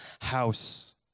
house